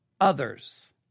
others